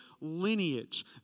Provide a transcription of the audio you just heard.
lineage